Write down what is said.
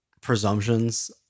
presumptions